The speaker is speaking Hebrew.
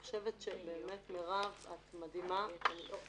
מירב כהן, את מדהימה.